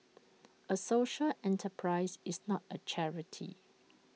A social enterprise is not A charity